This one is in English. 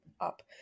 up